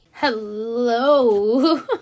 Hello